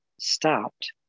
stopped